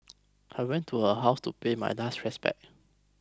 I went to her house to pay my last respects